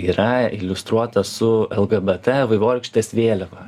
yra iliustruota su lgbt vaivorykštės vėliava